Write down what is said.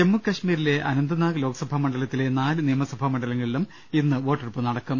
ജമ്മു കശ്മീ രിലെ അനന്തനാഗ് ലോക്സഭാ മണ്ഡലത്തിലെ നാല് നിയമസഭാ മണ്ഡലങ്ങളിലും ഇന്നു വോട്ടെടുപ്പ് നടക്കും